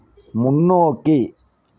முன்னோக்கி